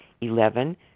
Eleven